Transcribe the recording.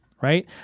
right